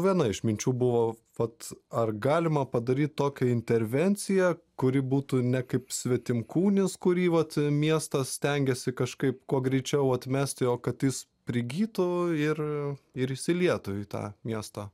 viena iš minčių buvo vat ar galima padaryt tokią intervenciją kuri būtų ne kaip svetimkūnis kurį vat miestas stengiasi kažkaip kuo greičiau atmesti o kad jis prigytų ir ir įsilietų į tą miestą